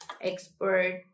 expert